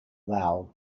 lal